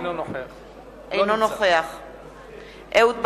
אינו נוכח אהוד ברק,